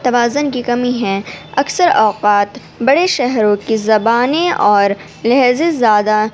توازن کی کمی ہے اکثر اوقات بڑے شہروں کی زبانیں اور لحظے زیادہ